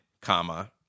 comma